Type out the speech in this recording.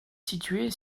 située